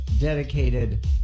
dedicated